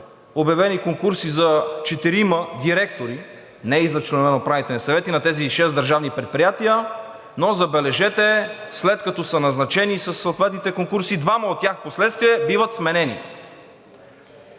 обявени конкурси за четирима директори, не и за членове на управителни съвети на тези шест държавни предприятия, но забележете, след като са назначени със съответните конкурси, двама от тях впоследствие биват сменени.